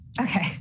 Okay